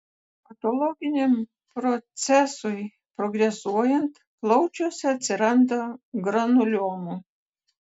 patologiniam procesui progresuojant plaučiuose atsiranda granuliomų